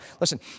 Listen